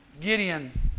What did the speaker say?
Gideon